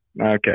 Okay